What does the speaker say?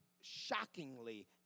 shockingly